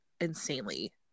insanely